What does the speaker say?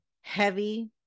heavy